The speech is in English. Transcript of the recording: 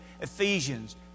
Ephesians